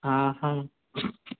ہاں ہاں